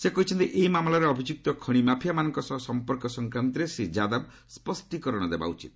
ସେ କହିଛନ୍ତି ଏହି ମାମଲାରେ ଅଭିଯୁକ୍ତ ଖଣି ମାଫିଆ ମାନଙ୍କ ସହ ସମ୍ପର୍କ ସଂକ୍ରାନ୍ତରେ ଶ୍ରୀ ଯାଦବ ସ୍ୱଷ୍ଟୀକରଣ ଦେବା ଉଚିତ